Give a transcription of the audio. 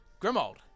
Grimald